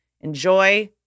Enjoy